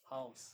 house